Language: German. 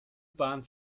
bahn